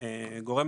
והרווחה,